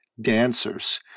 dancers